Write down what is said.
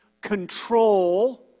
control